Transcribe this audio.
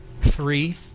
three